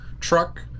truck